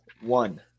one